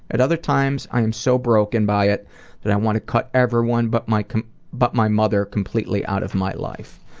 at other times i'm so broken by it that i want to cut everyone but my but my mother completely out of my life.